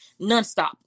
nonstop